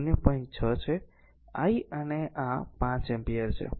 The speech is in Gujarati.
6 છે I અને આ 5 એમ્પીયર છે